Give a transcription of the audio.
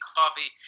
coffee